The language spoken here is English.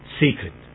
secret